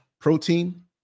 protein